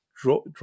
draw